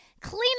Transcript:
clean